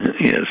Yes